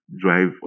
drive